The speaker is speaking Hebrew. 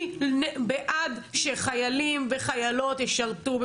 אני בעד שחיילים וחיילות ישרתו,